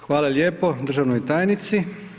Hvala lijepo državnoj tajnici.